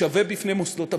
שווה בפני מוסדות המדינה.